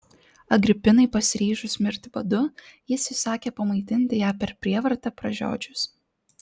agripinai pasiryžus mirti badu jis įsakė pamaitinti ją per prievartą pražiodžius